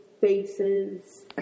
faces